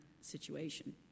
situation